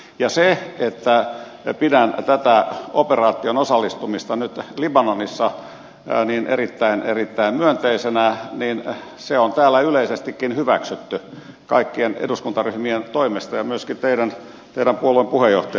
ja kun pidän tätä operaatioon osallistumista nyt libanonissa erittäin erittäin myönteisenä niin se on täällä yleisestikin hyväksytty kaikkien eduskuntaryhmien toimesta ja myöskin teidän puolueen puheenjohtajan toimesta